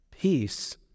Peace